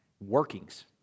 workings